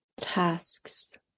Tasks